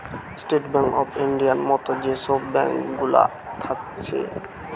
state Bank of ইন্ডিয়ার মত যে সব ব্যাঙ্ক গুলা থাকছে